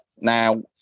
Now